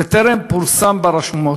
וטרם פורסם ברשומות.